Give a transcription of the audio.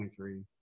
23